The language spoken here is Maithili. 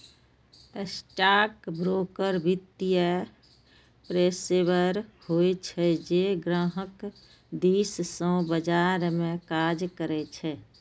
स्टॉकब्रोकर वित्तीय पेशेवर होइ छै, जे ग्राहक दिस सं बाजार मे काज करै छै